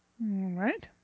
Right